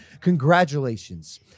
Congratulations